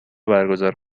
برگزار